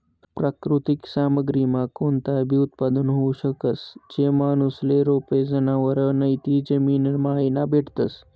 प्राकृतिक सामग्रीमा कोणताबी उत्पादन होऊ शकस, जे माणूसले रोपे, जनावरं नैते जमीनमाईन भेटतस